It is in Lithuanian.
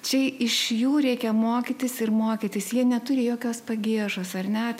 čia iš jų reikia mokytis ir mokytis jie neturi jokios pagiežos ar ne